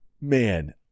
Man